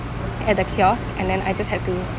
at the kiosk and then I just had to